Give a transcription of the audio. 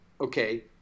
okay